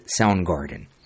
Soundgarden